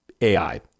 AI